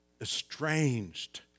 Estranged